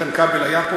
איתן כבל היה פה,